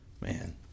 man